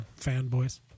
fanboys